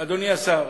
אדוני השר,